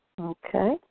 Okay